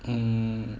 mm